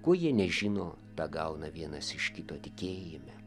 ko jie nežino tą gauna vienas iš kito tikėjime